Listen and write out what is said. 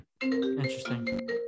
Interesting